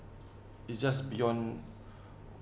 is just beyond